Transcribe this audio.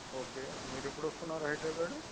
okay మీరు ఎప్పుడు వస్తున్నారు హైదరాబాద్